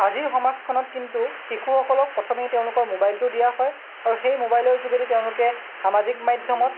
আজিৰ সমাজখনত কিন্তু শিশুসকলক প্ৰথমেই তেওঁলোকৰ ম'বাইলটো দিয়া হয় আৰু সেই ম'বাইলৰ যোগেদি তেওঁলোকে সমাজিক মাধ্যমত